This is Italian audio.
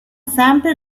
sempre